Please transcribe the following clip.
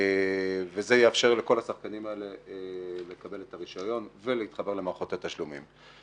וזה יאפשר לכל השחקנים האלה לקבל את הרישיון ולהתחבר למערכות התשלומים.